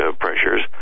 pressures